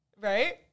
Right